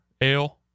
Ale